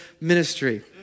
ministry